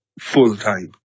full-time